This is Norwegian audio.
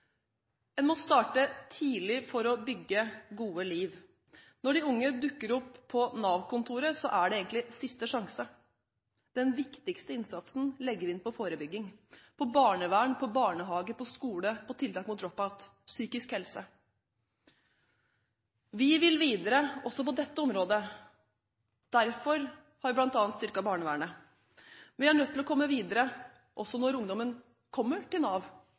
dukker opp på Nav-kontoret, er det egentlig siste sjanse. Den viktigste innsatsen legger vi inn på forebygging, på barnevern, på barnehage, på skole, på tiltak mot «drop out», på psykisk helse. Vi vil videre også på dette området. Derfor har vi bl.a. styrket barnevernet. Vi er nødt til å komme videre også når ungdommen kommer til Nav,